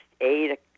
eight